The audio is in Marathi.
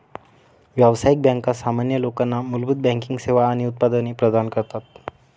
व्यावसायिक बँका सामान्य लोकांना मूलभूत बँकिंग सेवा आणि उत्पादने प्रदान करतात